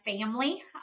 family